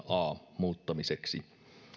a pykälän muuttamiseksi